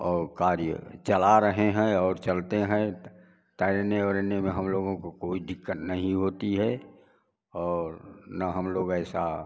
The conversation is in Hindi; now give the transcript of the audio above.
और कार्य चला रहे हैं और चलते हैं तैरने वैरने में हम लोगों को कोई दिक्कत नहीं होती है और न हम लोग ऐसा